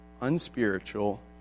unspiritual